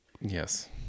Yes